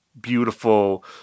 beautiful